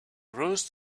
rose